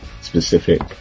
specific